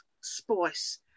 spice